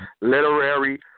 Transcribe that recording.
literary